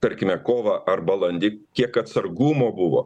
tarkime kovą ar balandį kiek atsargumo buvo